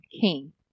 King